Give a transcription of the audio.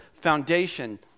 foundation